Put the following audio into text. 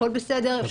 הכול בסדר.